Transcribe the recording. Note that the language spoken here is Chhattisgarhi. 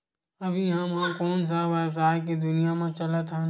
अभी हम ह कोन सा व्यवसाय के दुनिया म चलत हन?